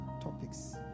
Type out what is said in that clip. topics